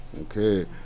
Okay